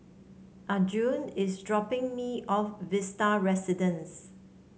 Arjun is dropping me off Vista Residences